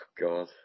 God